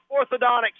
Orthodontics